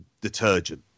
detergent